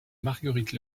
marguerite